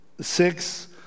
six